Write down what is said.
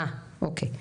אה, אוקיי.